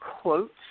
quotes